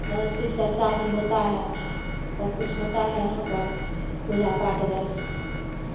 शिव चर्चा भी होता है सब कुछ होता है यहाँ पर पूजा पाठ घर